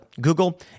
Google